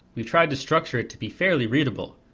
we tried to structured it to be fairly readable.